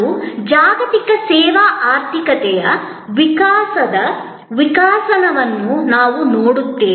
ಮತ್ತು ಜಾಗತಿಕ ಸೇವಾ ಆರ್ಥಿಕತೆಯ ವಿಕಾಸದ ವಿಕಸನವನ್ನು ನಾವು ನೋಡುತ್ತೇವೆ